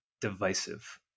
divisive